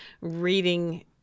reading